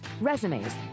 resumes